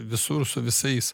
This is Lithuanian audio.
visur su visais